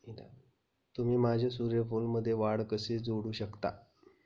तुम्ही माझ्या सूर्यफूलमध्ये वाढ कसे जोडू शकता?